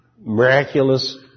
miraculous